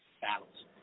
battles